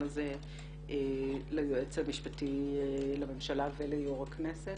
הזה ליועץ המשפטי לממשלה וליו"ר הכנסת,